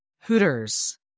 Hooters